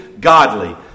godly